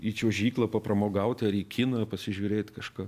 į čiuožyklą papramogaut ar į kiną pasižiūrėt kažką